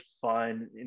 fun